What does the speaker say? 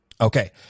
Okay